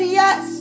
yes